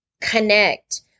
connect